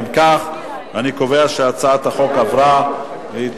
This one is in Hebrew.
אם כך אני קובע שהצעת החוק עברה והיא